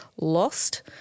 Lost